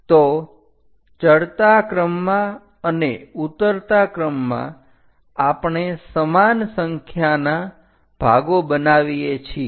તો ચડતા ક્રમમાં અને ઉતરતા ક્રમમાં આપણે સમાન સંખ્યાના ભાગો બનાવીએ છીએ